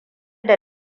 da